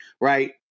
Right